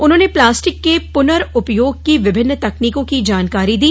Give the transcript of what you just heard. उन्होंने प्लास्टिक के पुर्नउपयोग की विभिन्न तकनीकों की जानकारी दी